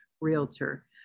Realtor